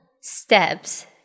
steps